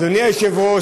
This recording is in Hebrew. אדוני היושב-ראש,